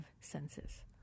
senses